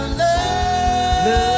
love